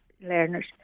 learners